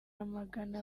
amagana